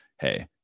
Hey